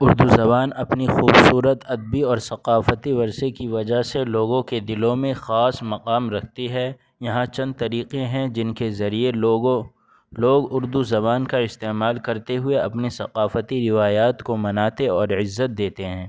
اردو زبان اپنی خوبصورت ادبی اور ثقافتی ورثے کی وجہ سے لوگوں کے دلوں میں خاص مقام رکھتی ہے یہاں چند طریقے ہیں جن کے ذریعے لوگوں لوگ کو اردو زبان کا استعمال کرتے ہوئے اپنی ثقافتی روایات کو مناتے اور عزت دیتے ہیں